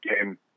game